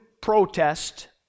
protest